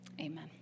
Amen